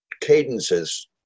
cadences